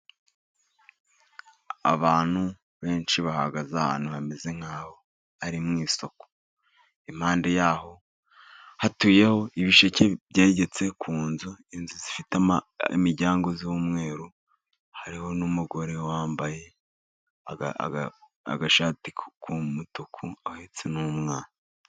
Abantu benshi bahagaze ahantu hameze nk'aho ari mu isoko, impande yaho hatuyeho ibisheke byegetse ku nzu, inzu zifite imiryango y'umweru, hariho n'umugore wambaye agashati k'umutuku, ahetse n'umwana.